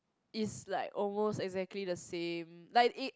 is like almost exactly the same like it